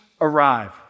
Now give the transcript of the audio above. arrive